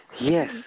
Yes